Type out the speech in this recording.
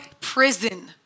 prison